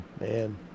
man